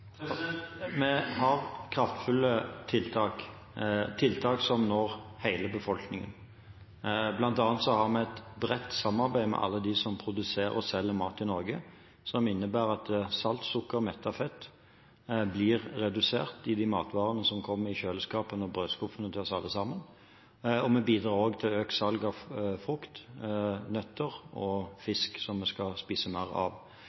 Vi har kraftfulle tiltak, tiltak som når hele befolkningen. Blant annet har vi et bredt samarbeid med alle dem som produserer og selger mat i Norge, som innebærer at salt, sukker og mettet fett blir redusert i de matvarene som kommer i kjøleskapene og brødskuffene til oss alle sammen. Vi bidrar også til økt salg av frukt, nøtter og fisk, som vi skal spise mer av.